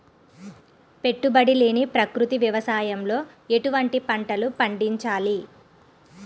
పెట్టుబడి లేని ప్రకృతి వ్యవసాయంలో ఎటువంటి పంటలు పండించాలి?